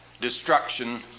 destruction